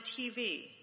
TV